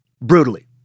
Brutally